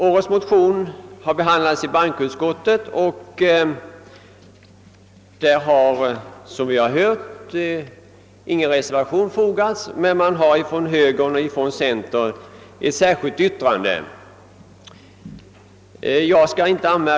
Årets motioner har behandlats av bankoutskottet, varvid ingen reservation har fogats till utlåtandet utan endast ett särskilt yttrande från högern och centerpartiet.